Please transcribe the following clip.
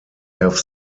have